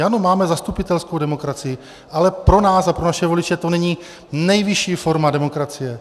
Ano, máme zastupitelskou demokracii, ale pro nás a pro naše voliče to není nejvyšší forma demokracie.